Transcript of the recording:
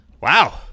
wow